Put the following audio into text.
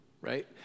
Right